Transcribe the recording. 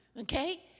Okay